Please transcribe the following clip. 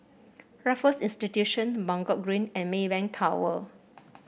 Raffles Institution Buangkok Green and Maybank Tower